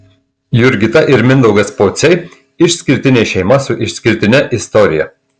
jurgita ir mindaugas pociai išskirtinė šeima su išskirtine istorija